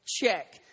Check